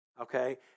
okay